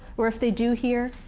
or if they do hear,